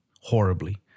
horribly